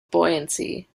buoyancy